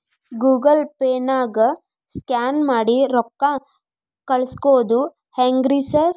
Google ಪೇನಾಗ scan ಮಾಡಿ ರೊಕ್ಕಾ ಕಳ್ಸೊದು ಹೆಂಗ್ರಿ ಸಾರ್?